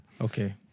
Okay